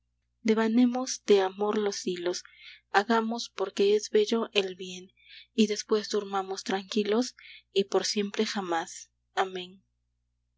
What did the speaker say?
devanemos de amor los hilos hagamos porque es bello el bien y después durmamos tranquilos y por siempre jamás amén